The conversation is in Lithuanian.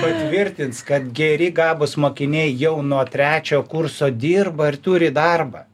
patvirtins kad geri gabūs mokiniai jau nuo trečio kurso dirba ir turi darbą